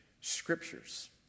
scriptures